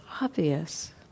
obvious